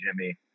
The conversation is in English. Jimmy